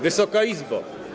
Wysoka Izbo!